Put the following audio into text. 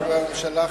חברי חברי הממשלה,